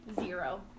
zero